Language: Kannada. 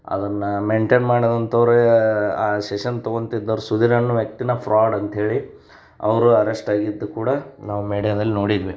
ಅದನ್ನು ಮೇಯ್ನ್ಟೇನ್ ಮಾಡುವಂಥವ್ರು ಆ ಸೆಶನ್ ತೊಗೊಂತಿದ್ದವ್ರು ಸುಧೀರ್ ಅನ್ನೊ ವ್ಯಕ್ತಿನ ಫ್ರಾಡ್ ಅಂತ ಹೇಳಿ ಅವರು ಅರೆಶ್ಟ್ ಆಗಿದ್ದು ಕೂಡ ನಾವು ಮೀಡಿಯಾದಲ್ಲಿ ನೋಡಿದ್ವಿ